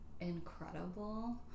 incredible